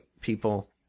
people